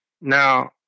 now